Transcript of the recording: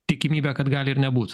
tikimybė kad gali ir nebūt